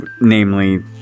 namely